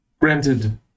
Granted